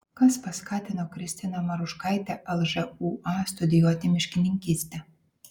kas paskatino kristiną maruškaitę lžūa studijuoti miškininkystę